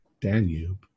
Danube